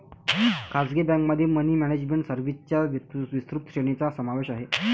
खासगी बँकेमध्ये money management सर्व्हिसेसच्या विस्तृत श्रेणीचा समावेश आहे